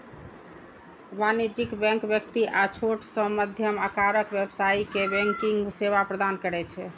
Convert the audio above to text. वाणिज्यिक बैंक व्यक्ति आ छोट सं मध्यम आकारक व्यवसायी कें बैंकिंग सेवा प्रदान करै छै